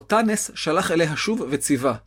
תנס שלח אליה שוב וציווה.